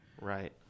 Right